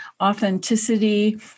Authenticity